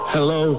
Hello